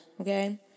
Okay